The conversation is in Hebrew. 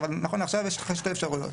אבל נכון לעכשיו יש לך שתי אפשרויות: